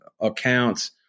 accounts